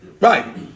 Right